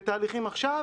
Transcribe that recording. בתהליכים עכשיו.